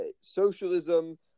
socialism